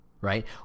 right